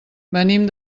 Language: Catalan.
venim